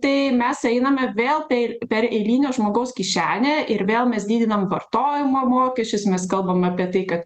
tai mes einame vėl peil per eilinio žmogaus kišenę ir vėl mes didinam vartojimo mokesčius mes kalbam apie tai kad